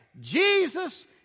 Jesus